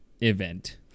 event